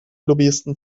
lobbyisten